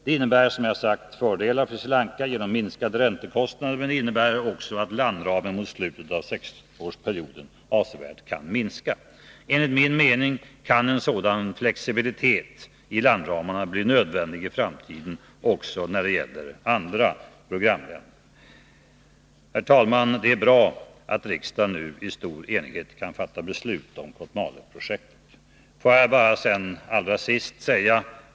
Det innebär, som jag sagt, fördelar för Sri Lanka genom minskade räntekostnader, men det innebär också att landramen mot slutet av sexårsperioden avsevärt kan minska. Enligt min mening kan en sådan flexibilitet i landramarna bli nödvändig i framtiden också när det gäller andra programländer. Herr talman! Det är bra att riksdagen nu i stor enighet kan fatta beslut om Kotmaleprojektet.